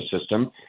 system